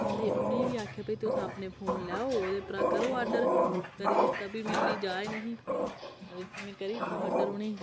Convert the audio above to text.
उं'दे उ'नें बी आखेआ भाई तुस अपने फोन लैओ ओह्दे उप्परा करो आर्डर करी दित्ता फ्ही में उ'नें जाच नेही आ दी फ्ही में करी दित्ता आर्डर उ'नेंई